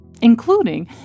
including